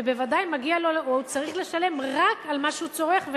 ובוודאי הוא צריך לשלם רק על מה שהוא צורך,